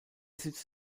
sitz